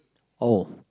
oh